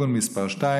(תיקון מס' 2),